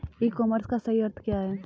ई commerce का सही अर्थ क्या है?